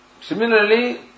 Similarly